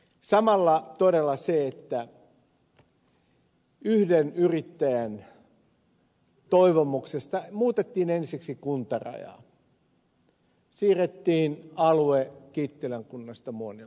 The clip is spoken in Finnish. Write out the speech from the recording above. samalla todella tulee se että yhden yrittäjän toivomuksesta muutettiin ensiksi kuntarajaa siirrettiin alue kittilän kunnasta muonion kuntaan